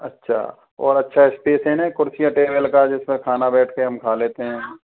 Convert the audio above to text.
अच्छा और अच्छा स्पेस है ना कुर्सियाँ टेबल का जिसपे खाना बैठके हम खा लेते हैं